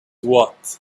what